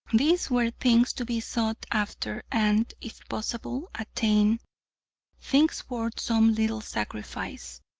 these were things to be sought after and, if possible, attained things worth some little sacrifice.